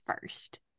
first